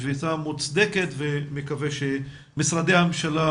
זו שביתה מוצדקת ואני מקווה שמשרדי הממשלה